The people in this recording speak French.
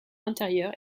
intérieur